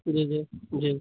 जी जी जी